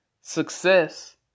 success